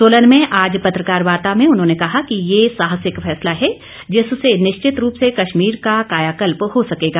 सोलन में आज पत्रकार वार्ता में उन्होंने कहा कि ये साहसिक फैसला है जिससे निश्चित रूप से कश्मीर का कायाकल्प हो सकेगा